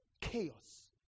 chaos